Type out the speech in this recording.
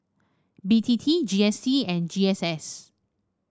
B T T G S T and G S S